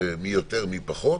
מי יותר, מי פחות.